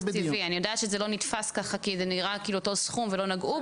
אני יודעת שזה לא נתפס ככה כי זה נראה אותו סכום ולא נגעו בו,